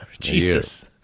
Jesus